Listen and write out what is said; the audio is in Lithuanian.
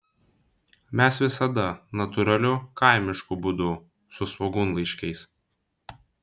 mes visada natūraliu kaimišku būdu su svogūnlaiškiais